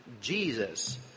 Jesus